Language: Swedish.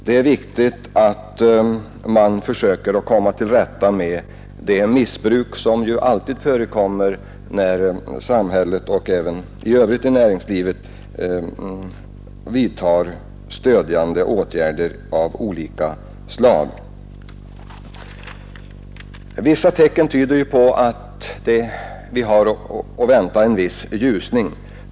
Det är viktigt att man försöker komma till rätta med det missbruk som alltid förekommer när samhället och även näringslivet i övrigt vidtar stödjande åtgärder av olika slag. Vissa tecken tyder på att vi har att vänta en viss ljusning i konjunkturen.